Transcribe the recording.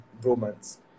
romance